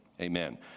Amen